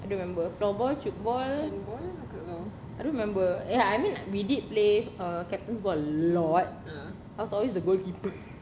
I don't remember floorball tchoukball I don't remember ya I mean we did play uh captain's ball a lot I was always the goalkeeper